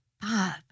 Bob